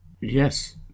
Yes